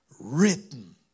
written